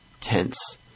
tense